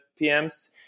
PMs